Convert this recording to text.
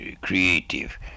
creative